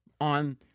on